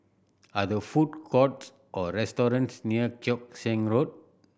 are there food courts or restaurants near Keong Saik Road